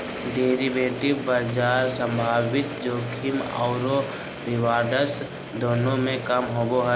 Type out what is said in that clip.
derivative बाजार संभावित जोखिम औरो रिवार्ड्स दोनों में काम आबो हइ